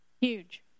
Huge